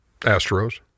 Astros